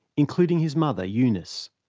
including his mother, eunice.